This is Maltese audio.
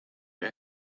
hekk